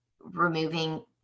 removing